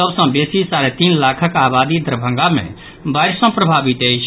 सभ सँ बेसी साढ़े तीन लाखक आबादी दरभंगा मे बाढ़ि सँ प्रभावित अछि